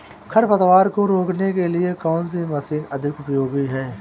खरपतवार को रोकने के लिए कौन सी मशीन अधिक उपयोगी है?